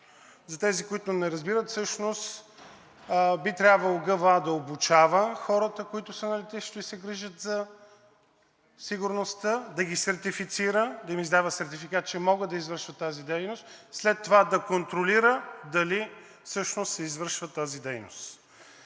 За тези, които не разбират, всъщност би трябвало ГВА да обучава хората, които са на летището и се грижат за сигурността, да ги сертифицира, да им издава сертификат, че могат да извършват тази дейност, след това да контролира дали всъщност се извършва тази дейност.